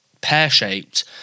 pear-shaped